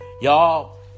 Y'all